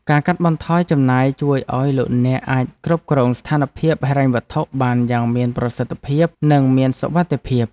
ការកាត់បន្ថយចំណាយជួយឱ្យលោកអ្នកអាចគ្រប់គ្រងស្ថានភាពហិរញ្ញវត្ថុបានយ៉ាងមានប្រសិទ្ធភាពនិងមានសុវត្ថិភាព។